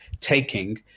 taking